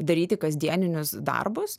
daryti kasdieninius darbus